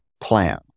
plan